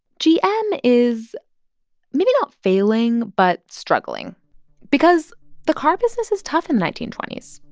gm is maybe not failing but struggling because the car business is tough in the nineteen twenty s.